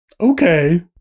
Okay